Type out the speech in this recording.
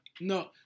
No